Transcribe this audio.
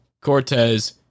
Cortez